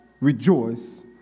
rejoice